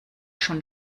schon